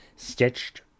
stitched